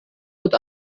wird